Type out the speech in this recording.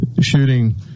shooting